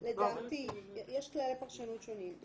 יש כללי פרשנות שונים.